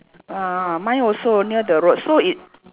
uh mine also near the road so it